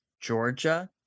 Georgia